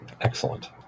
Excellent